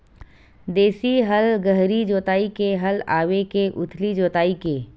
देशी हल गहरी जोताई के हल आवे के उथली जोताई के?